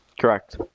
Correct